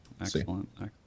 Excellent